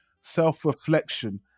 self-reflection